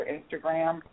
Instagram